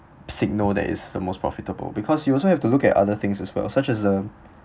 know that is the most profitable because you also have to look at other things as well such as the